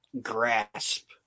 grasp